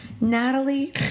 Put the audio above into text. Natalie